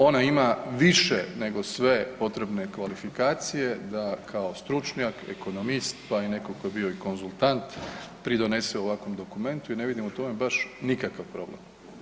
Ona ima više nego sve potrebne kvalifikacije da kao stručnjak, ekonomist, pa neko ko je bio i konzultant pridonese ovakvom dokumentu i ne vidim u tome baš nikakav problem.